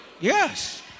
Yes